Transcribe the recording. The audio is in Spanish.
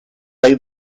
hay